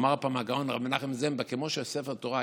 אמר פעם הגאון הרב מנחם זמבה: כמו שספר תורה,